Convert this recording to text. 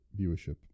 viewership